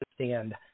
understand